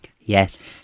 Yes